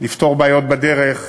לפתור בעיות בדרך,